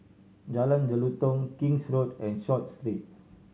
Jalan Jelutong King's Road and Short Street